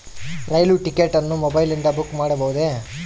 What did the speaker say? ರೈಲು ticket ಅನ್ನು ಮೊಬೈಲಿಂದ book ಮಾಡಬಹುದೆ?